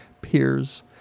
peers